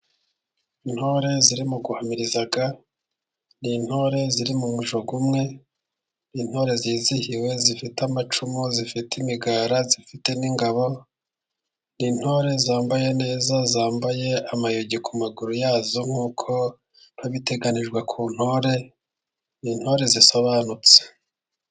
Intore ziri mu guhamiriza, ni intore ziri mu mujyo umwe, ni intore zizihiwe, zifite amacumu, zifite imigara, zifite n'ingabo, intore zambaye neza, zambaye amayugi ku maguru yazo nk'uko biba biteganyijwe ku ntore, ni intore zisobanutse.